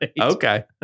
Okay